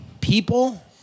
People